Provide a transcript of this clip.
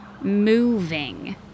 moving